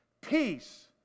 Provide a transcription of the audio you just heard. Peace